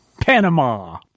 Panama